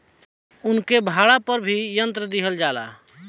उनके भाड़ा पर भी यंत्र दिहल जाला